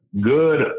good